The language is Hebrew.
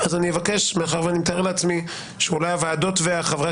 מאחר ואני מתאר לעצמי שאולי הוועדות וחברי